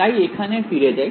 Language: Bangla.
তাই এখানে ফিরে যাই